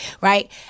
right